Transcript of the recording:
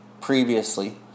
previously